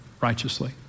righteously